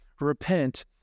Repent